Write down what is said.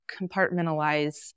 compartmentalize